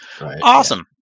awesome